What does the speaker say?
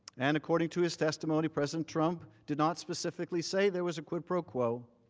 and according to his testimony president trump did not specifically say there was a quid pro quo,